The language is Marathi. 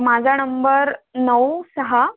माझा णंबर नऊ सहा